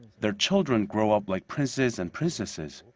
their children grow up like princes and princesses.